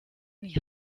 nicht